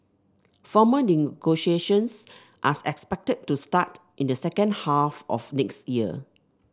formal negotiations are expected to start in the second half of next year